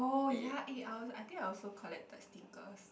oh ya eh I think I also collect the stickers